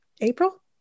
April